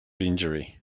injury